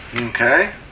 Okay